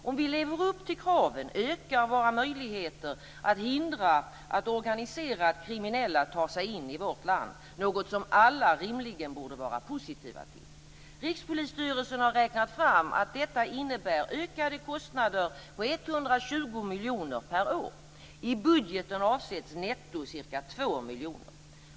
Om vi lever upp till kraven ökar våra möjligheter att hindra att organiserat kriminella tar sig in i vårt land, något som alla rimligen borde vara positiva till. Rikspolisstyrelsen har räknat fram att detta innebär ökade kostnader på 120 miljoner per år. I budgeten avsätts netto ca 2 miljoner.